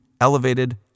elevated